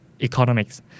economics